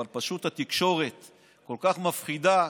אבל פשוט התקשורת כל כך מפחידה,